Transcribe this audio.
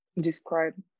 describe